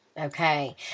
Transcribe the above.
Okay